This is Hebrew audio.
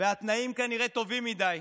והתנאים כנראה טובים מדי,